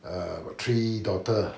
err got three daughter